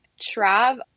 Trav